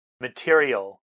material